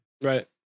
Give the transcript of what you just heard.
Right